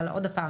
אבל עוד הפעם